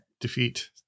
defeat